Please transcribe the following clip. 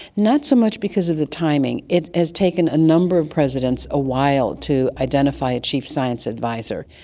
not so much because of the timing. it has taken a number of presidents a while to identify a chief science advisor.